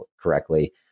correctly